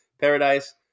Paradise